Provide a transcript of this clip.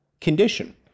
condition